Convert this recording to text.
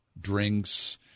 drinks